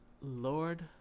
Lord